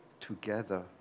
together